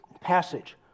passage